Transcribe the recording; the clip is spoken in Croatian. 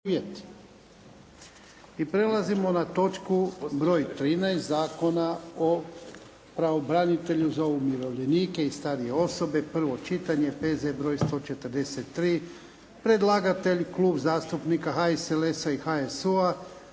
Idemo na Prijedlog zakona o pravobranitelju za umirovljenike i starije osobe, prvo čitanje P.Z. broj 143. Predlagatelj Klub zastupnika HSLS-a i HSU-a.